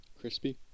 crispy